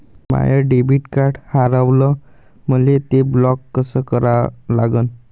माय debit card हारवलं, मले ते ब्लॉक कस करा लागन?